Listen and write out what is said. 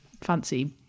fancy